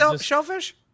shellfish